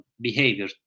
behavior